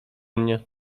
mnie